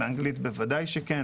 באנגלית ודאי יש,